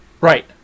Right